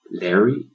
Larry